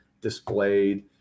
displayed